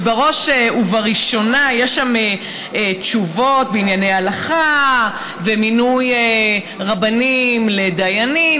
ובראש ובראשונה יש שם תשובות בענייני הלכה ומינוי רבנים לדיינים,